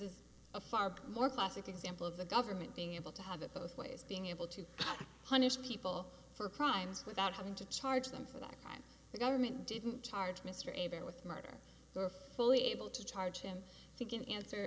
is a far more classic example of the government being able to have it both ways being able to punish people for crimes without having to charge them for that crime the government didn't target mr a there with murder fully able to charge him i think in answer